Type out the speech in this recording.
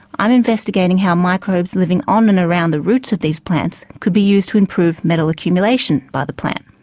i'm investigating how microbes living on and around the roots of these plants could be used to improve metal accumulation by the plant.